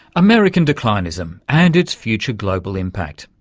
american declinism and its future global impact.